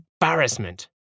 embarrassment